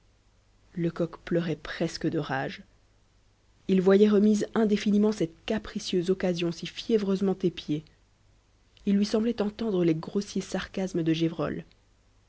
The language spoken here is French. lecoq pleurait presque de rage il voyait remise indéfiniment cette capricieuse occasion si fiévreusement épiée il lui semblait entendre les grossiers sarcasmes de